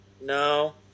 No